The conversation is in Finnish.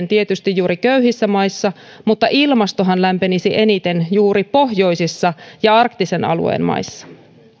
tietysti juuri köyhissä maissa mutta ilmastohan lämpenisi eniten juuri pohjoisissa ja arktisen alueen maissa